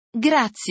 Grazie